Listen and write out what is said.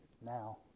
now